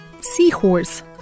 Seahorse